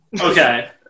Okay